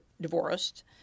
divorced